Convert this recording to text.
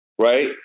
Right